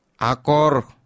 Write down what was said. Akor